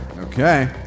Okay